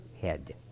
head